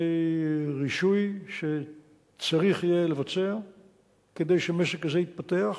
רישוי שצריך יהיה לבצע כדי שהמשק הזה יתפתח.